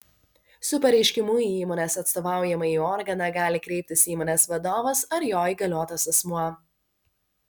su pareiškimu į įmonės atstovaujamąjį organą gali kreiptis įmonės vadovas ar jo įgaliotas asmuo